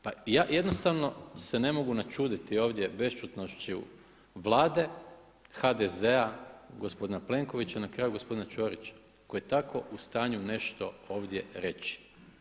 Pa ja jednostavno se ne mogu načuditi ovdje bešćutnošću Vlade HDZ-a gospodina Plenkovića, na kraju gospodina Ćorića koji je tako u stanju nešto ovdje reći.